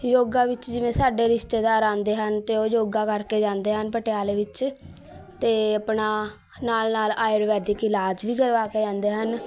ਯੋਗਾ ਵਿੱਚ ਜਿਵੇਂ ਸਾਡੇ ਰਿਸ਼ਤੇਦਾਰ ਆਉਂਦੇ ਹਨ ਅਤੇ ਉਹ ਯੋਗਾ ਕਰਕੇ ਜਾਂਦੇ ਹਨ ਪਟਿਆਲੇ ਵਿੱਚ ਅਤੇ ਆਪਣਾ ਨਾਲ਼ ਨਾਲ਼ ਆਯੁਰਵੈਦਿਕ ਇਲਾਜ ਵੀ ਕਰਵਾ ਕੇ ਜਾਂਦੇ ਹਨ